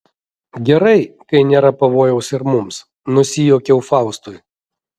gerai kai nėra pavojaus ir mums nusijuokiau faustui